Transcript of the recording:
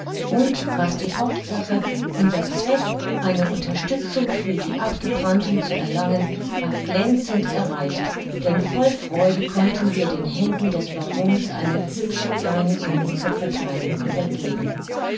und was die hauptsache unser zweck eine unterstützung für die abgebrannten zu erlangen war glänzend erreicht denn voll freude konnten wir den händen des barons eine hübsche kleine summe zur vertheilung übergeben